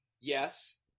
yes